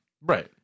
Right